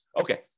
Okay